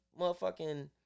motherfucking